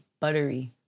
buttery